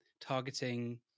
targeting